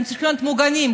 הם צריכים להיות מוגנים,